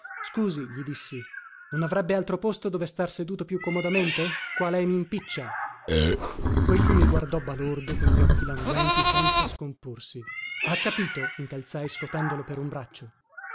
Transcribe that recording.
scusi gli dissi non avrebbe altro posto dove star seduto più comodamente qua lei mimpiccia quegli mi guardò balordo con gli occhi languenti senza scomporsi ha capito incalzai scotendolo per un braccio